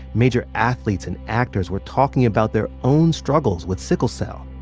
major athletes and actors were talking about their own struggles with sickle cell.